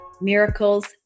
miracles